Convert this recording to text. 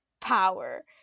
power